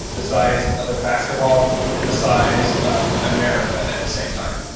the size of a basketball and the size of america at the same time.